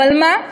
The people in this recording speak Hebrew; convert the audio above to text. אבל מה?